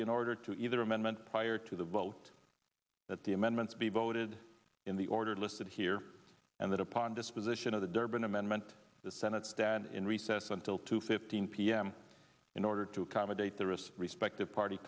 be an order to either amendment prior to the vote that the amendments be voted in the order listed here and that upon disposition of the durbin amendment the senate stand in recess until two fifteen p m in order to accommodate the rest respective party